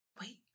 Wait